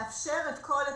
לאפשר את כל הטיסות.